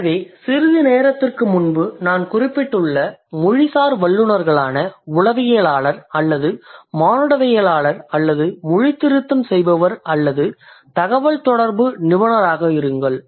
எனவே சிறிது நேரத்திற்கு முன்பு நான் குறிப்பிட்டுள்ள மொழிசார் வல்லுநர்களான உளவியலாளர் அல்லது மானுடவியலாளர் அல்லது மொழி திருத்தம் செய்பவர் அல்லது தகவல் தொடர்பு நிபுணராக இருங்கள்